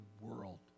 world